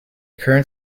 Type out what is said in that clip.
current